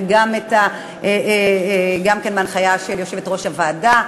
גם כן בהנחיה של יושבת-ראש הוועדה,